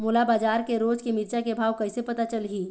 मोला बजार के रोज के मिरचा के भाव कइसे पता चलही?